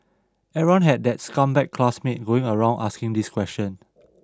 everyone had that scumbag classmate going around asking this question